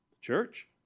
church